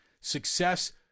Success